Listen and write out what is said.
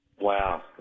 Wow